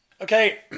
Okay